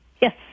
Yes